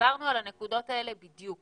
דיברנו על הנקודות האלה בדיוק